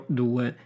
due